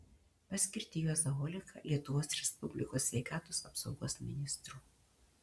paskirti juozą oleką lietuvos respublikos sveikatos apsaugos ministru